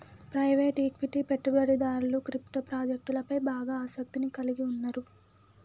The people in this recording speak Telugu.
ప్రైవేట్ ఈక్విటీ పెట్టుబడిదారులు క్రిప్టో ప్రాజెక్టులపై బాగా ఆసక్తిని కలిగి ఉన్నరు